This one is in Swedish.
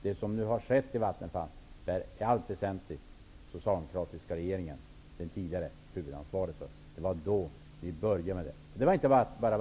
Vad som nu har skett i Vattenfall är den tidigare socialdemokratiska regeringen i allt väsentligt ansvarig för. Det var under dess regeringstid som det började.